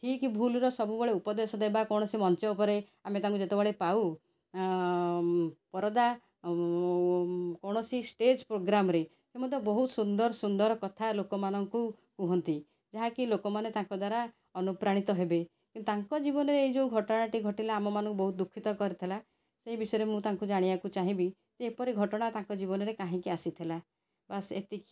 ଠିକ୍ ଭୁଲର ସବୁବେଳେ ଉପଦେଶ ଦେବା କୌଣସି ମଞ୍ଚ ଉପରେ ଆମେ ତାଙ୍କୁ ଯେତେବେଳେ ପାଉ ପରଦା କୌଣସି ଷ୍ଟେଜ୍ ପ୍ରୋଗ୍ରାମ୍ରେ ମୁଁ ତ ବହୁତ ସୁନ୍ଦର ସୁନ୍ଦର କଥା ଲୋକମାନଙ୍କୁ କୁହନ୍ତି ଯାହା କି ଲୋକ ମାନେ ତାଙ୍କ ଦ୍ୱାରା ଅନୁପ୍ରାଣିତ ହେବେ କିନ୍ତୁ ତାଙ୍କ ଜୀବନରେ ଏ ଯେଉଁ ଘଟଣାଟି ଘଟିଲା ଆମମାନଙ୍କୁ ବହୁତ ଦୁଃଖିତ କରିଥିଲା ସେଇ ବିଷୟରେ ମୁଁ ତାଙ୍କୁ ଜାଣିବାକୁ ଚାହିଁବି ଯେ ଏପରି ଘଟଣା ତାଙ୍କ ଜୀବନରେ କାହିଁକି ଆସିଥିଲା ବାସ୍ ଏତିକି